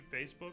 Facebook